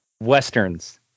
Westerns